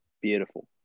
Beautiful